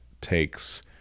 takes